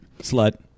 Slut